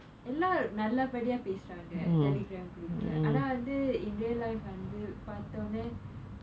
எல்லா நல்லபடியா பேசுறாங்க:ellaa nallabadiyaa pesuraanga Telegram group ஆனா வந்து:aanaa vanthu in real life வந்து பாத்தோனே:vanthu paathonae